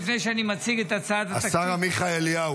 לפני שאני מציג את הצעת --- השר עמיחי אליהו,